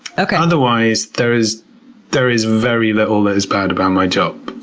otherwise, there is there is very little that is bad about my job.